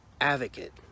advocate